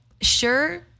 Sure